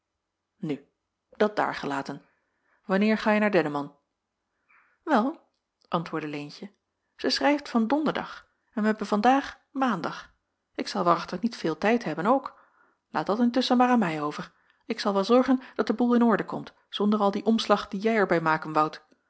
nu dat daargelaten wanneer ga je naar denneman wel antwoordde leentje zij schrijft van donderdag en wij hebben vandaag maandag ik zal waarachtig niet veel tijd hebben ook laat dat intusschen maar aan mij over ik zal wel zorgen dat de boêl in orde komt zonder al dien omslag dien jij er bij maken woudt